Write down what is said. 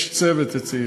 יש צוות אצלי,